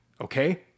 Okay